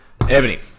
Ebony